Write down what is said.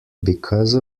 because